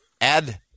add